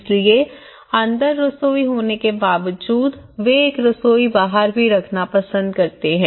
इसलिए अंदर रसोई होने के बावजूद वे एक रसोई बाहर भी रखना पसंद करते हैं